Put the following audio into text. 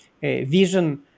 vision